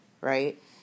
Right